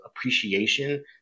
appreciation